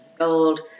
gold